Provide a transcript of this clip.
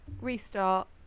restart